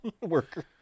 worker